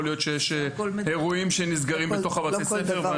יכול להיות שיש אירועים שנסגרים בתוך בתי-הספר,